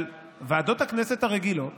אבל בוועדות הכנסת הרגילות